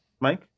Mike